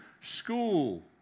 school